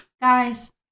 Guys